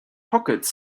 pockets